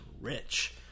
rich